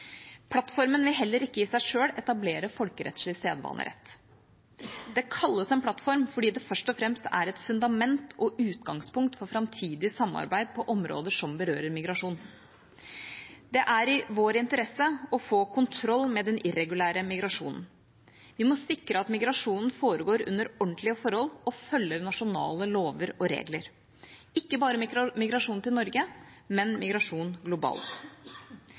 Plattformen vil heller ikke i seg selv etablere folkerettslig sedvanerett. Det kalles en plattform fordi det først og fremst er et fundament og utgangspunkt for framtidig samarbeid på områder som berører migrasjon. Det er i vår interesse å få kontroll med den irregulære migrasjonen. Vi må sikre at migrasjonen foregår under ordentlige forhold og følger nasjonale lover og regler, ikke bare migrasjon til Norge, men migrasjon globalt.